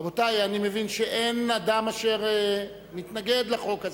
רבותי, אני מבין שאין אדם אשר מתנגד לחוק הזה,